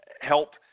help